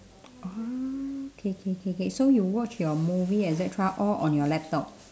orh okay okay okay okay so you watch your movie et cetera all on your laptop